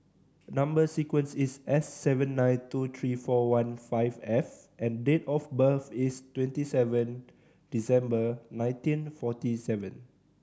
number sequence is S seven nine two three forty one five F and date of birth is twenty seven December nineteen forty seven